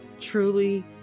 Truly